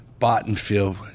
Bottenfield